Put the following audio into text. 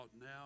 now